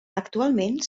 actualment